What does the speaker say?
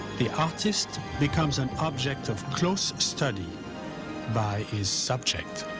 the artist becomes an object of close study by his subject.